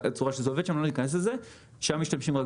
לא ניכנס לצורה איך שזה עובד,